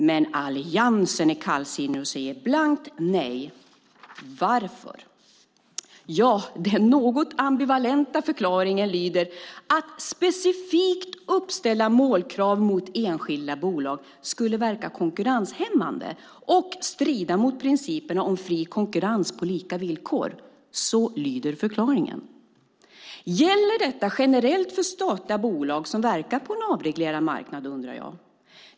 Men Alliansen är kallsinnig och säger blankt nej. Varför? Den något ambivalenta förklaringen lyder att "specifikt uppställda målkrav mot ett enskilt bolag skulle verka konkurrenshämmande och strida mot principerna om fri konkurrens på lika villkor". Så lyder förklaringen. Gäller detta generellt för statliga bolag som verkar på en avreglerad marknad? undrar jag.